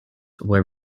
were